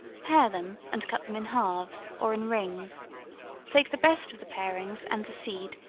pare them, and cut them in halves, or in rings take the best of the parings and the seed,